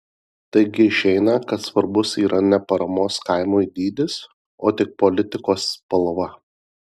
taigi išeina kad svarbus yra ne paramos kaimui dydis o tik politikos spalva